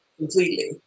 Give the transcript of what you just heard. Completely